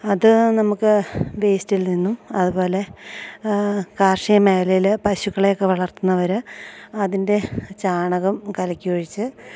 അത് നമുക്ക് വേസ്റ്റിൽ നിന്നും അത്പോലെ കാർഷിക മേഖലയിൽ പശുക്കളെ ഒക്കെ വളർത്തുന്നവർ അതിൻ്റെ ചാണകം കലക്കി ഒഴിച്ച്